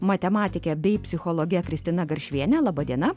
matematike bei psichologe kristina garšviene laba diena